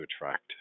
attract